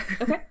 Okay